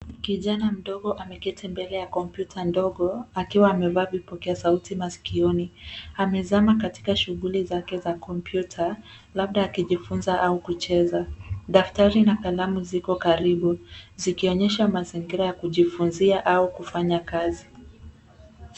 Kijana mdogo ameketi mbele ya kompyuta ndogo, akiwa amevaa vipokea sauti masikioni. Amezama katika shughuli zake za kompyuta labda akijifunza au kucheza. Daftari na kalamu ziko karibu, zikionyesha mazingira ya kujifunzia au kufanya kazi.